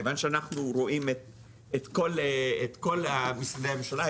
כיוון שאנחנו רואים את כל משרדי הממשלה,